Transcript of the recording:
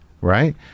right